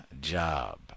job